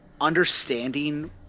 understanding